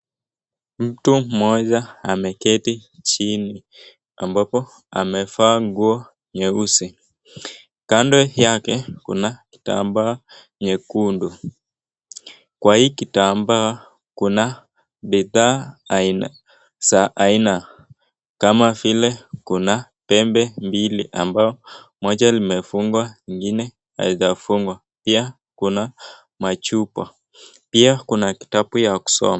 Mtu mmoja ameketi chini ambapo amevaa nguo nyeusi, kando yake kuna kitamba nyekundu. Kwa hii kitamba kuna bidhaa za aina kama vile kuna pembe mbili ambayo moja limefungwa ingine haijafungwa, pia kuna machupa pia kuna kitabu ya kusoma.